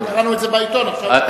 קראנו את זה בעיתון, ועכשיו אנחנו שומעים